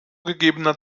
gegebener